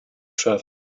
travel